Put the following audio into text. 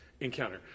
encounter